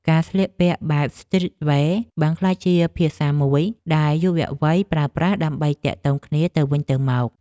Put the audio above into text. ការស្លៀកពាក់បែបស្ទ្រីតវែរ បានក្លាយជាភាសាមួយដែលយុវវ័យប្រើប្រាស់ដើម្បីទាក់ទងគ្នាទៅវិញទៅមក។